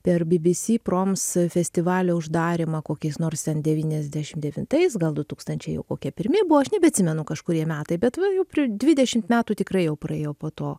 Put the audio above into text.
per bibisi proms festivalio uždarymą kokiais nors ten devyniasdešim devintais gal du tūkstančiai kokie pirmi buvo aš nebeatsimenu kažkurie metai bet va jau pri dvidešimt metų tikrai jau praėjo po to